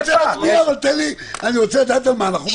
אני רוצה לדעת על מה אנחנו מצביעים.